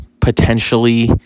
potentially